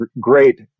great